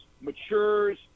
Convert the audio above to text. matures